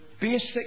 basic